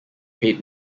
paid